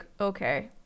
okay